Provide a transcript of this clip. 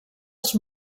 als